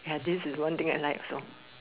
ya this is one thing I like also